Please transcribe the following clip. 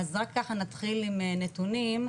נתונים,